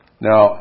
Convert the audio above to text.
Now